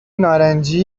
نارنجی